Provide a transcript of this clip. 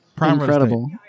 Incredible